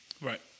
Right